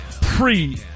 Pre